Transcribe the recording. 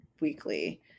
weekly